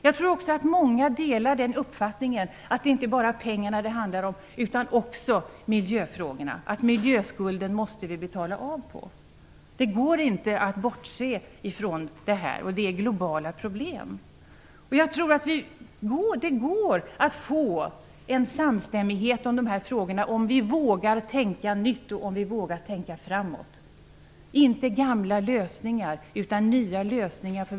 Jag tror också att många delar uppfattningen att det inte bara handlar om pengar utan också om miljöfrågorna. Vi måste betala av på miljöskulden. Det går inte att bortse från det, och problemen är globala. Det går att få en samstämmighet kring dessa frågor om vi vågar tänka nytt och om vi vågar tänka framåt - inte gamla lösningar utan nya.